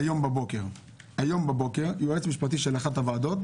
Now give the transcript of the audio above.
היום בבוקר יועץ או יועצת משפטית של אחת הוועדות